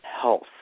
health